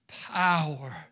power